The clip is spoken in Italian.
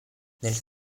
nel